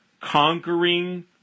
conquering